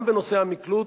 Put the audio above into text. גם בנושא המקלוט,